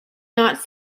not